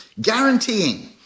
guaranteeing